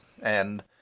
and